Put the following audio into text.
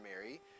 Mary